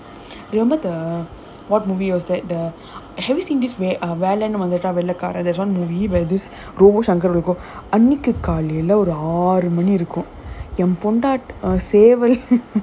you remember the what movie was that the have you seen this wa~ uh வேலைனு வந்துட்டா வெள்ளைக்காரன்:velainu vandhutaa vellaikaaran there's one movie where this robo shankar அன்னைக்கு காலைல ஆறு மணி இருக்கும் என் பொண்டாட்டி:annaikku kaalaila aaru mani irukkum en pondaati